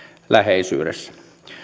läheisyydessä